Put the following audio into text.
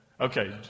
Okay